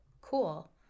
Cool